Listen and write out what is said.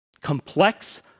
complex